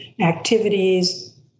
activities